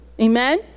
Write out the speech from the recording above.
Amen